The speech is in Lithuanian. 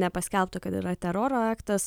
nepaskelbta kad yra teroro aktas